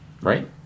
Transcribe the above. Right